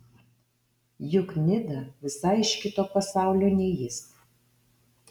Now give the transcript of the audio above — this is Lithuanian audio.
juk nida visai iš kito pasaulio nei jis